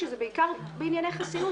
שזה בעיקר בענייני חסינות,